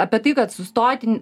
apie tai kad sustoti